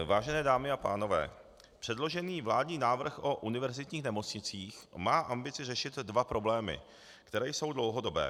Vážené dámy a pánové, předložený vládní návrh o univerzitních nemocnicích má ambici řešit dva problémy, které jsou dlouhodobé.